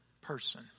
person